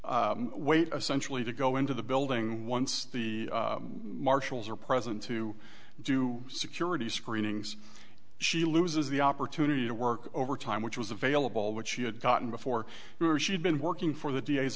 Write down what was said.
to wait a centrally to go into the building once the marshals are present to do security screenings she loses the opportunity to work overtime which was available which she had gotten before you were she'd been working for the d